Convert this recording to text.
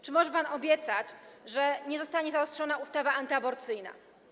Czy może pan obiecać, że nie zostanie zaostrzona ustawa antyaborcyjna?